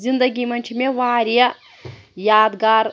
زِندگی منٛز چھِ مےٚ واریاہ یادگار